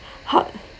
hot